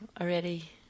already